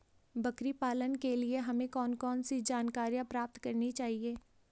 बकरी पालन के लिए हमें कौन कौन सी जानकारियां प्राप्त करनी चाहिए?